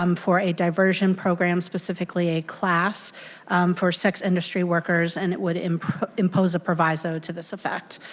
um for a diversion program, specifically a class for sex industry workers, and it would impose impose a proviso to this effect,